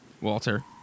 Walter